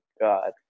God